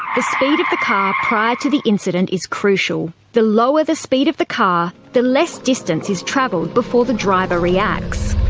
the speed of the car prior to the incident is crucial. the lower the speed of the car the less distance is travelled before the driver reacts.